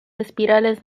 espirales